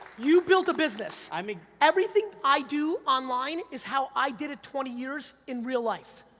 you built a business, i mean everything i do online is how i did it twenty years in real life.